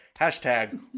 hashtag